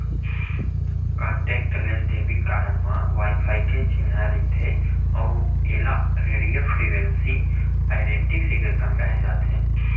contactless debit card म wifi के चिन्हा रहिथे अउ एला रेडियो फ्रिवेंसी आइडेंटिफिकेसन केहे जाथे